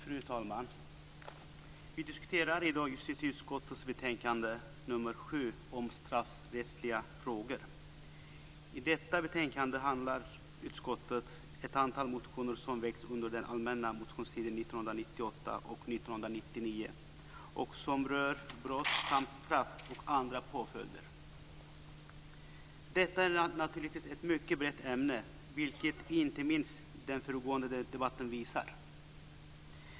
Fru talman! Vi diskuterar i dag justitieutskottets betänkande nr 7 om straffrättsliga frågor. I detta betänkande behandlar utskottet ett antal motioner som väckts under den allmänna motionstiden år 1998 och år 1999 som rör brott samt straff och andra påföljder. Detta är naturligtvis ett mycket brett ämne, vilket inte minst den föregående debatten visar.